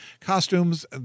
costumes